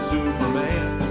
Superman